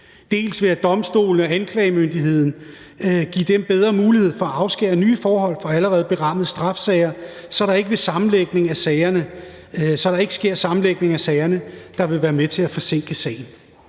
der gives domstolen og anklagemyndigheden bedre mulighed for at afskære nye forhold for allerede berammede straffesager, så der ikke sker sammenlægning af sagerne, der vil være med til at forsinke sagen,